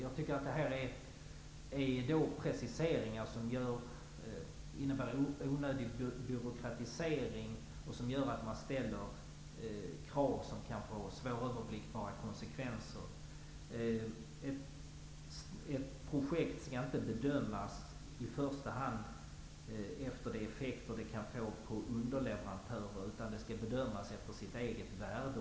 Jag tycker att det är preciseringar som innebär onödig byråkratisering och som gör att man ställer krav som kan få svåröverblickbara konsekvenser. Ett projekt skall inte bedömas i första hand efter de effekter det kan få på underleverantörer, utan det skall bedömas efter sitt eget värde.